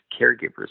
caregivers